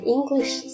English